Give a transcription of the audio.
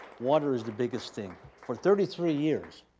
water is the biggest thing. for thirty three years,